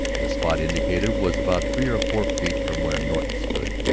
the spot indicated was about three or four feet from where norton stood,